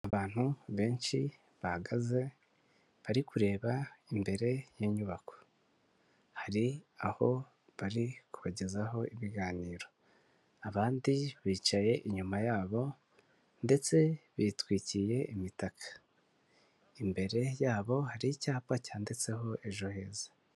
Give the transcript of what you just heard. Abantu benshi bahagaze bari kureba imbere y'inyubako, hari aho bari kubagezaho ibiganiro abandi bicaye inyuma yabo ndetse bitwikiriye imitaka, imbere yabo hari icyapa cyanditseho ejo heza.